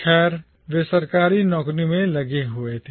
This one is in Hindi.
खैर वे सरकारी नौकरी में लगे हुए थे